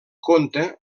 conte